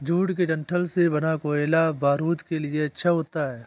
jute के डंठल से बना कोयला बारूद के लिए अच्छा होता है